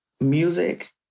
music